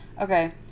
okay